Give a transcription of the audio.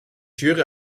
jury